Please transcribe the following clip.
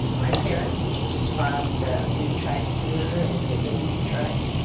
my parents had just bought a new tractor and delivery truck,